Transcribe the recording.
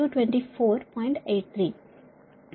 83